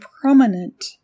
prominent